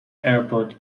airport